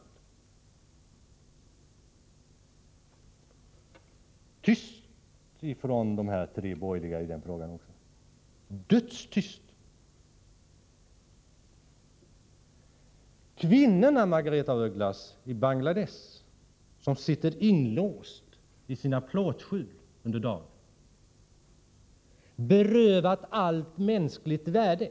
Det är dock tyst från de tre borgerliga representanterna också i den frågan — dödstyst. Kvinnor i Bangladesh sitter inlåsta i sina plåtskjul under dagen, Margaretha af Ugglas. De har berövats allt mänskligt värde.